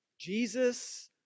Jesus